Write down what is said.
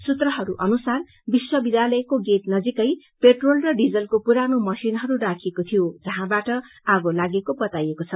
सूत्रहरू अनुसार विश्व विध्यालयको गेट नजीकै पेट्रोल र डीजललको पुरानो मशीनहरू राखिएको थियो जहाँबाट आगो लागेको बताइएको छ